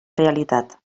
realitat